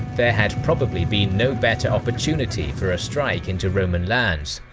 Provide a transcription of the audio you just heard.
there had probably been no better opportunity for a strike into roman lands,